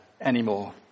anymore